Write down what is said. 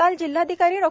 काल जिल्हाधिकारी डॉ